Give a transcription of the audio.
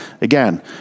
Again